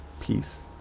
peace